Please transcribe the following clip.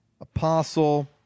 Apostle